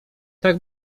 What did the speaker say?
tak